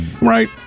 Right